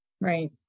Right